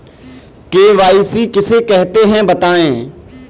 KYC किसे कहते हैं बताएँ?